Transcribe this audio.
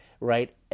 right